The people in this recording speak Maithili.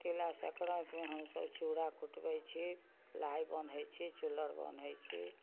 तिला सकरातिमे हमसब चूड़ा कुटबै छी लाइ बान्है छी चिल्लौर बान्है छी